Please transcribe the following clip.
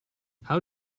how